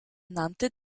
nannte